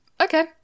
Okay